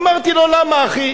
אמרתי לו: למה, אחי?